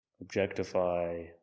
objectify